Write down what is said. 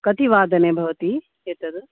कति वादने भवति एतद्